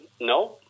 no